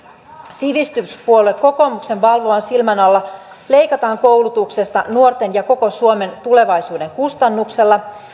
sivistyspuolue kokoomuksen valvovan silmän alla leikataan koulutuksesta nuorten ja koko suomen tulevaisuuden kustannuksella